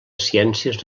ciències